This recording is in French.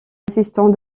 assistant